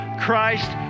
Christ